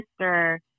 sister